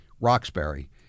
Roxbury